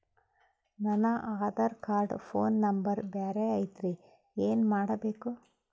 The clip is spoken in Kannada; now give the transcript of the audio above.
ನನ ಆಧಾರ ಕಾರ್ಡ್ ಫೋನ ನಂಬರ್ ಬ್ಯಾರೆ ಐತ್ರಿ ಏನ ಮಾಡಬೇಕು?